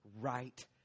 right